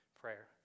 prayer